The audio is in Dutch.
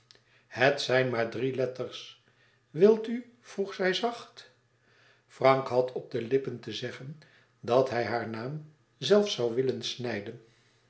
het zijn maar drie letters wilt u vroeg zij zacht frank had op de lippen te zeggen dat hij haar naam zelfs zoû willen snijden